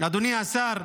אדוני השר,